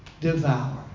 devour